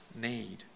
need